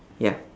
ya